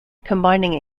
combining